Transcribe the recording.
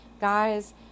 guys